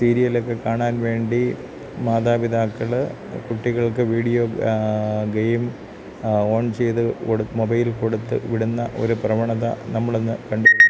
serial ഒക്കെ കാണാൻ വേണ്ടി മാതാപിതാക്കൾ കുട്ടികൾക്ക് വീഡിയോ ഗെയ്മ് ഓൺ ചെയ്ത് മൊബൈൽ കൊടുത്ത് വിടുന്ന ഒരു പ്രവണത നമ്മൾ ഇന്ന് കണ്ടിട്ടുണ്ട്